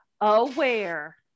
aware